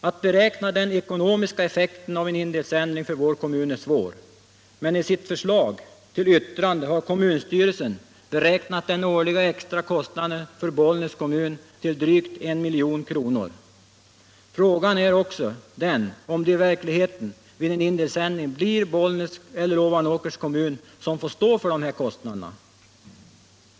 Att beräkna den ekonomiska effekten av en indelsändring för vår kommun är svårt, men i sitt förslag till yttrande har kommunstyrelsen beräknat den årliga extrakostnaden för Bollnäs kommun till drygt 1 milj.kr. Frågan är också om det i verkligheten vid en indelsändring blir Bollnäs eller Ovanåkers kommun som får stå för dessa kostnader.